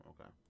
Okay